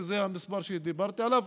שזה המספר שדיברתי עליו,